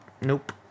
Nope